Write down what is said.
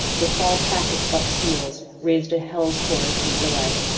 the fall pack at buck's heels raised a hell's chorus of delight.